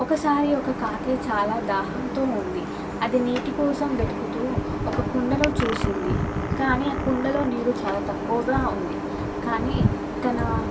ఒకసారి ఒక కాకి చాలా దాహంతో ఉంది అది నీటి కోసం వెతుకుతూ ఒక కుండను చూసింది కానీ ఆ కుండలో నీరు చాలా తక్కువగా ఉంది కానీ తన